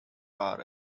are